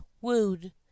wooed